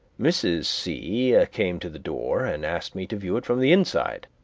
mrs. c. ah came to the door and asked me to view it from the inside.